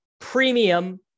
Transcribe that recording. premium